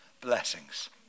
blessings